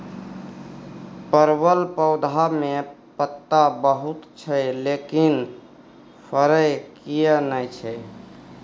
परवल पौधा में पत्ता बहुत छै लेकिन फरय किये नय छै?